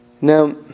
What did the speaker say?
Now